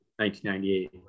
1998